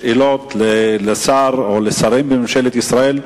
שאלות לשרים בממשלת ישראל.